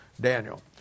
Daniel